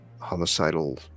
homicidal